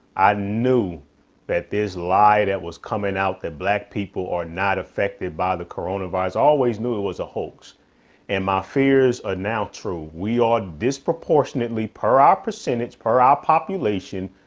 i knew that this lie that was coming out, that black people are not affected by the corona virus. i always knew it was a hoax and my fears are now true. we are disproportionately per our percentage, per our population.